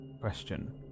question